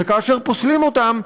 וכאשר פוסלים אותן,